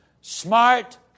smart